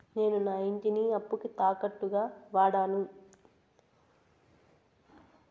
నేను నా ఇంటిని అప్పుకి తాకట్టుగా వాడాను